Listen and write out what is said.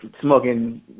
smoking